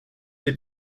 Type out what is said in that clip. did